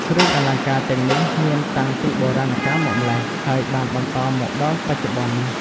គ្រឿងអលង្ការទាំងនេះមានតាំងពីបុរាណកាលមកម្ល៉េះ ហើយបានបន្តមកដល់បច្ចុប្បន្ន។